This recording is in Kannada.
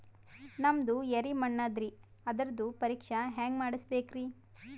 ನಮ್ದು ಎರಿ ಮಣ್ಣದರಿ, ಅದರದು ಪರೀಕ್ಷಾ ಹ್ಯಾಂಗ್ ಮಾಡಿಸ್ಬೇಕ್ರಿ?